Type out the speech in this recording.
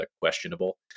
questionable